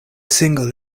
single